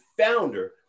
founder